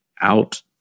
out